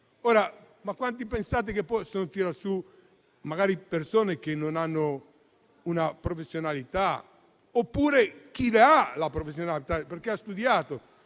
Quanto pensate che possano tirar su persone che magari non hanno una professionalità, oppure chi ha la professionalità, perché ha studiato,